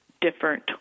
different